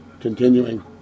continuing